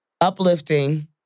uplifting